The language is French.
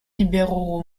ibéro